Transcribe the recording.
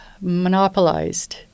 monopolized